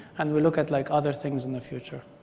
and we'll look at like other things in the future.